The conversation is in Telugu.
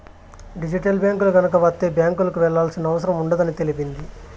డిజిటల్ బ్యాంకులు గనక వత్తే బ్యాంకులకు వెళ్లాల్సిన అవసరం ఉండదని తెలిపింది